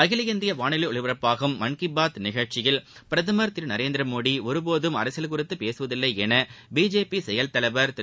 அகில இந்திய வானொலியில் ஒலிபரப்பாகும் மன் கி பாத் நிகழ்ச்சியில் பிரதமர் திரு நரேந்திர மோடி ஒருபோதும் அரசியல் குறித்து பேகவதில்லை என பிஜேபி செயல் தலைவர் திரு